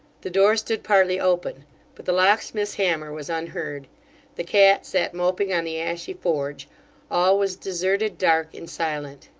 the door stood partly open but the locksmith's hammer was unheard the cat sat moping on the ashy forge all was deserted, dark, and silent.